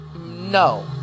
No